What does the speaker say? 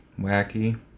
wacky